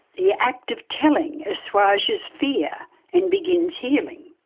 the act of telling assuages fear and begins healing.